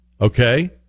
okay